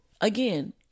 again